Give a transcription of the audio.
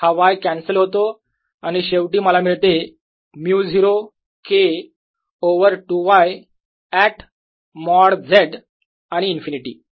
हा y cancel होतो आणि शेवटी मला मिळते μ0 K over 2 y at mod Z आणि इंफिनिटी